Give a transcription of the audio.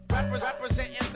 Representing